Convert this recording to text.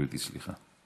בבקשה, גברתי, סליחה.